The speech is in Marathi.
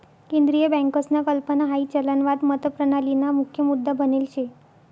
केंद्रीय बँकसना कल्पना हाई चलनवाद मतप्रणालीना मुख्य मुद्दा बनेल शे